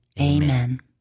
Amen